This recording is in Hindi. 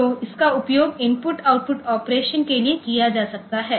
तो इसका उपयोग इनपुट आउटपुट ऑपरेशन के लिए किया जा सकता है